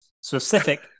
specific